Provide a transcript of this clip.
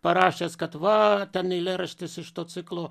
parašęs kad va ten eilėraštis iš to ciklo